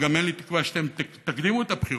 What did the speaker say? גם אין לי תקווה שאתם תקדימו את הבחירות,